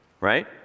Right